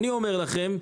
אני אומר לכם,